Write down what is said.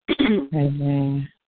Amen